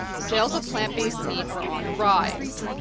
sales of plant-based meat are on the rise.